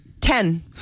Ten